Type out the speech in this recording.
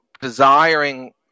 desiring